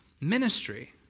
ministry